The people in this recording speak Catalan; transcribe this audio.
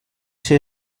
ser